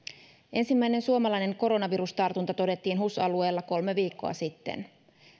ensimmäinen suomalainen koronavirustartunta todettiin hus alueella kolme viikkoa sitten